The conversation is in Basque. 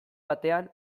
batean